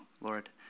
Lord